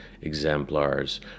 exemplars